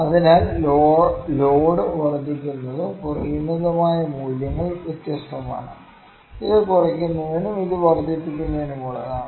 അതിനാൽ ലോഡ് വർദ്ധിക്കുന്നതും കുറയുന്നതുമായ മൂല്യങ്ങൾ വ്യത്യസ്തമാണ് ഇത് കുറയുന്നതിനും ഇത് വർദ്ധിപ്പിക്കുന്നതിനുമുള്ളതാണ്